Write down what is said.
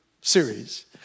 series